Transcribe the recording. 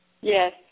Yes